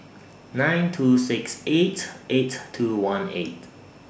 nine two six eight eight two one eight